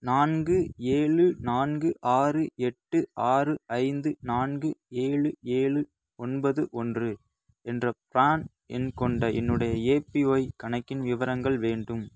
நான்கு ஏழு நான்கு ஆறு எட்டு ஆறு ஐந்து நான்கு ஏழு ஏழு ஒன்பது ஒன்று என்ற ப்ரான் எண் கொண்ட என்னுடைய ஏபிஒய் கணக்கின் விவரங்கள் வேண்டும்